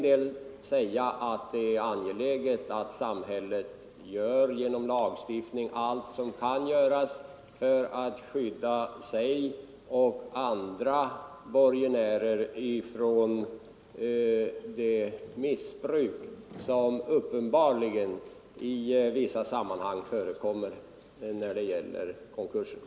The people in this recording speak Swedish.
Det är angeläget att samhället genom lagstiftning gör allt som kan göras för att skydda sig och andra borgenärer för det missbruk av konkurser som uppenbarligen förekommer i vissa sammanhang.